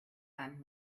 sun